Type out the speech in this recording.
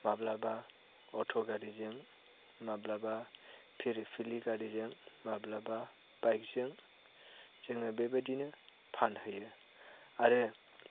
माब्लाबा अट' गारिजों माब्लाबा फिरफिलि गारिजों माब्लाबा बाइकजों जोङो बेबायदिनो फानहैयो आरो